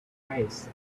faces